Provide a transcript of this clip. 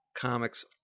comics